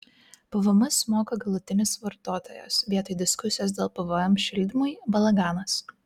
pvm sumoka galutinis vartotojas vietoj diskusijos dėl pvm šildymui balaganas